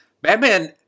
Batman